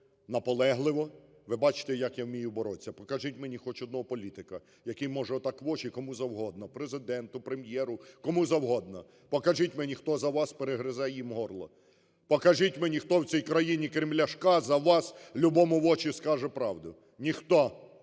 наполегливо. Ви бачте, як я вмію боротися. Покажіть мені хоч одного політика, який може отак в очі кому завгодно: Президенту, Прем'єру, кому завгодно. Покажіть мені, хто за вас перегризе їм горло. Покажіть мені, хто в цій країні, крім Ляшка, за вас любому в очі скаже правду. Ніхто.